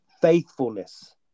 faithfulness